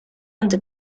and